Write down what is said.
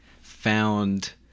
found